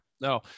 no